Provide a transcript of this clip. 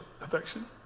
affection